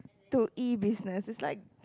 to E business like